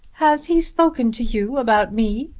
has he spoken to you about me?